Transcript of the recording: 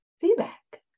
feedback